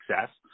success